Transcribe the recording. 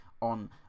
on